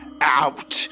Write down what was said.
out